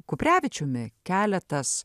kuprevičiumi keletas